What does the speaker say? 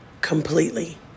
completely